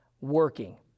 working